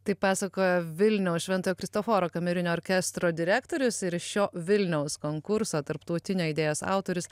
taip pasakojo vilniaus šventojo kristoforo kamerinio orkestro direktorius ir šio vilniaus konkurso tarptautinio idėjos autorius